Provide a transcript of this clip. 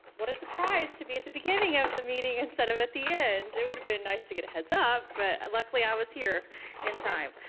what a surprise to be a the beginning of the meeting instead of at the end. it would have been nice to get a heads up but luckily i was here in time.